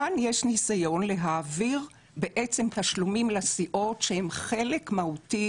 כאן יש ניסיון להעביר תשלומים לסיעות שהם חלק מהותי